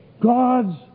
God's